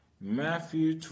Matthew